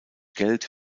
geld